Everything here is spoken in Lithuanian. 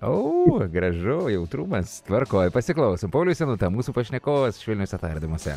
o gražu jautrumas tvarkoj pasiklausom paulius senūta mūsų pašnekovas švelniuose tardymuose